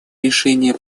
решение